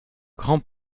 grand